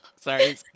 Sorry